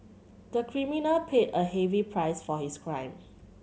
the criminal paid a heavy price for his crime